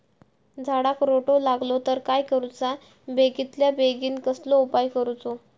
झाडाक रोटो लागलो तर काय करुचा बेगितल्या बेगीन कसलो उपाय करूचो?